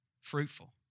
fruitful